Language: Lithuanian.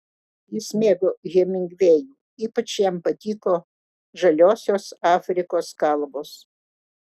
jis mėgo hemingvėjų ypač jam patiko žaliosios afrikos kalvos